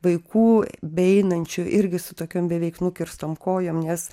vaikų beeinančių irgi su tokiom beveik nukirstom kojom nes